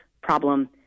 problem